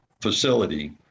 facility